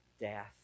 death